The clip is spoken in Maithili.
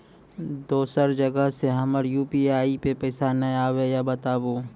दोसर जगह से हमर यु.पी.आई पे पैसा नैय आबे या बताबू?